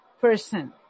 person